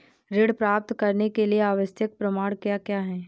ऋण प्राप्त करने के लिए आवश्यक प्रमाण क्या क्या हैं?